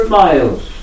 miles